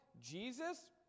Jesus